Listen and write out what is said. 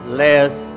less